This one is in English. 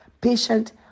patient